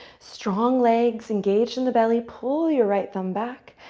strong legs. engaged in the belly. pull your right thumb back.